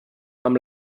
amb